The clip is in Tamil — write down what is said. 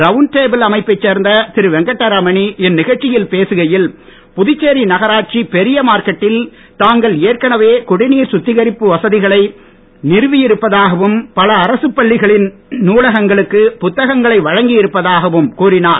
ரவுண்ட் டேபிள் அமைப்பைச் சேர்ந்த திரு வெங்கட்ட ரமணி இந்நிகழ்ச்சியில் பேசுகையில் புதுச்சேரி நகராட்சி பெரிய மார்க்கெட்டில் தாங்கள் ஏற்கனவே குடிநீர் சுத்திகரிப்பு வசதிகளை நிறுவி இருப்பதாகவும் பல அரசுப் பள்ளிகளின் நூலகங்களுக்கு புத்தகங்களை வழங்கி இருப்பதாகவும் கூறினார்